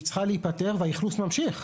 שהיא צריכה להיפתר האכלוס ממשיך.